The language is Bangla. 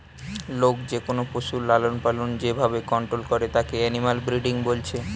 লোক যেকোনো পশুর লালনপালন যে ভাবে কন্টোল করে তাকে এনিম্যাল ব্রিডিং বলছে